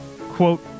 quote